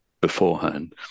beforehand